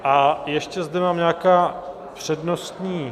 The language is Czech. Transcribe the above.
A ještě zde mám nějaká přednostní...